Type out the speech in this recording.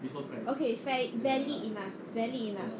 okay fair fairly enough